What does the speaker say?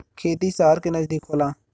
खेती सहर के नजदीक होला